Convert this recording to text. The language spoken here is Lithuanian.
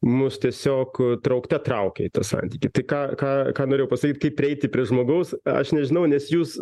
mus tiesiog traukte traukia į tą santykį tai ką ką ką norėjau pasakyt kaip prieiti prie žmogaus aš nežinau nes jūs